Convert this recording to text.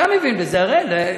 אתה מבין בזה, אראל.